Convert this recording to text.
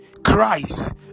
Christ